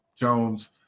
Jones